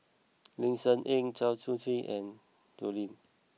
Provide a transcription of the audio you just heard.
Ling Cher Eng Cheong Siew Keong and Teo Hean